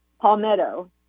palmetto